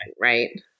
Right